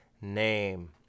name